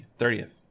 30th